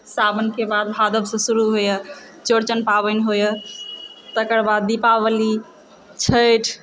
सावनके बाद भादवसँ सुरूह होइत यऽ चौड़चन पाबनि होइत यऽ तकर बाद दीपावली छैठ